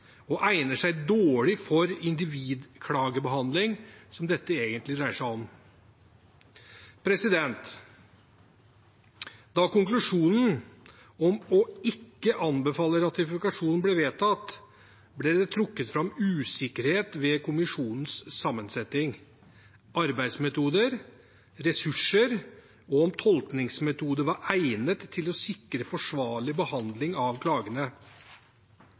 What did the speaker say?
og egner seg dårlig for individklagebehandling, som dette egentlig dreier seg om. Da konklusjonen om å ikke anbefale ratifikasjon ble vedtatt, ble det trukket fram usikkerhet ved kommisjonens sammensetning, arbeidsmetoder, ressurser og om tolkningsmetoder var egnet til å sikre forsvarlig behandling av klagene.